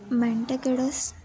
मणट्याकडंस